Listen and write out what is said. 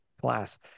class